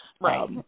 right